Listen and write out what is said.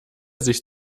sich